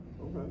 Okay